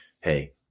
hey